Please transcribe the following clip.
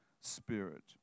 spirit